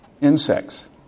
insects